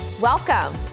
Welcome